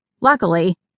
Luckily